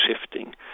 shifting